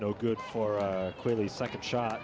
no good for a clearly second shot